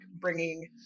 bringing